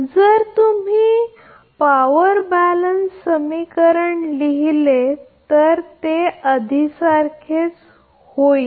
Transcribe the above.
जर तुम्ही power balance समीकरण लिहिले तर ते आधीसारखेच आहे